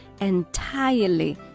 entirely